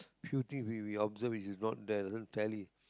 few thing we we observe is not the tally